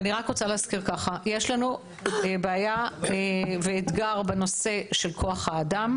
אני רק רוצה להזכיר כך: יש לנו בעיה ואתגר בנושא של כוח האדם,